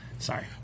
Sorry